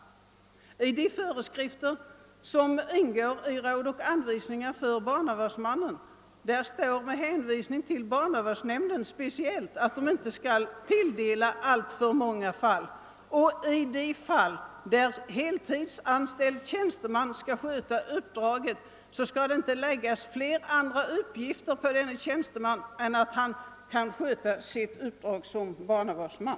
Och i de föreskrifter som ingår i råd och anvisningar för barnavårdsmän står med hänvisning till barnavårdsnämnderna speciellt att de inte skall tilldela vederbörande barnavårdsmän alltför många fall och att det på heltidsanställd tjänsteman inte skall läggas flera andra uppgifter än att han verkligen kan sköta sitt uppdrag som barnavårdsman.